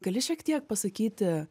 gali šiek tiek pasakyti